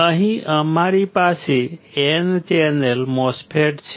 અહીં અમારી પાસે N ચેનલ MOSFET છે